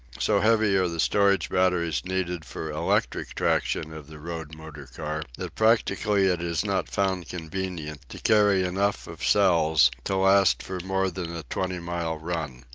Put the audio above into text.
so heavy are the storage batteries needed for electric traction of the road motor-car that practically it is not found convenient to carry enough of cells to last for more than a twenty-mile run.